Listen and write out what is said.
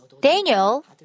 Daniel